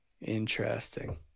Interesting